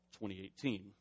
2018